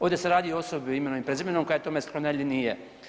Ovdje se radi o osobi imenom i prezimenom koja je tome sklona ili nije.